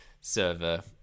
server